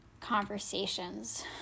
conversations